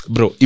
Bro